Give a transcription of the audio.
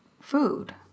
food